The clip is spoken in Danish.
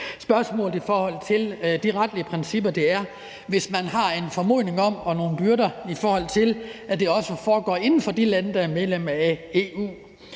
spørgsmål om de retlige principper, hvis man har en formodning om, at det også foregår inden for de lande, der er medlem af EU,